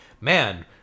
man